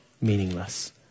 meaningless